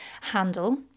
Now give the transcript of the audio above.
handle